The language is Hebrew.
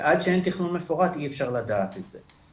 ועד שאין תכנון מפורט אי אפשר לדעת את זה.